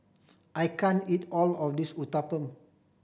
I can't eat all of this Uthapam